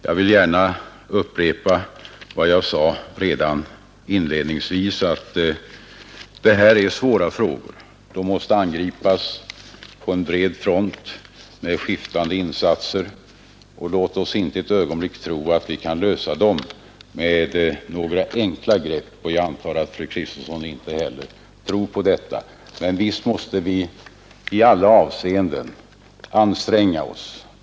Jag vill gärna upprepa vad jag sade redan inledningsvis, nämligen att det gäller svåra frågor. De måste angripas på bred front med skiftande insatser. Låt oss inte ett ögonblick tro att vi kan lösa dem med några enkla grepp. Jag antar att inte heller fru Kristensson tror så. Men visst måste vi i alla avseenden anstränga oss.